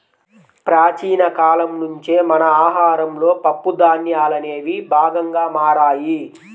ప్రాచీన కాలం నుంచే మన ఆహారంలో పప్పు ధాన్యాలనేవి భాగంగా మారాయి